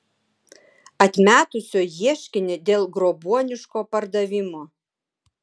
atmetusio ieškinį dėl grobuoniško pardavimo